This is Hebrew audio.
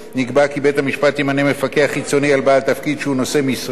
נקבע כי בית-המשפט ימנה מפקח חיצוני על בעל תפקיד שהוא נושא משרה.